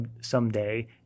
someday